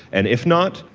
and if not,